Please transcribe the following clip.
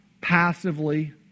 passively